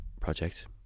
project